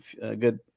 good